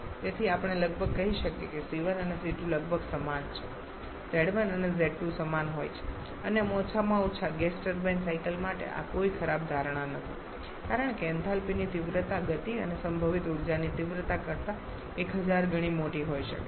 તેથી આપણે લગભગ કહી શકીએ કે c1 અને c2 લગભગ સમાન છે z1 અને z2 સમાન હોય છે અને ઓછામાં ઓછા ગેસ ટર્બાઇન સાયકલ માટે આ કોઈ ખરાબ ધારણા નથી કારણ કે એન્થાલ્પીની તીવ્રતા ગતિ અને સંભવિત ઊર્જાની તીવ્રતા કરતા 1000 ગણી મોટી હોઈ શકે છે